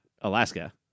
Alaska